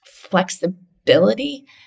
flexibility